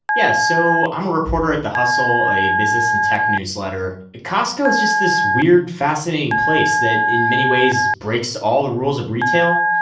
yes. so i'm a reporter at the hustle, a business and tech newsletter. costco is just this weird, fascinating place that in many ways breaks all the rules of retail.